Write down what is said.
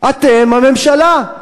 אתם הממשלה.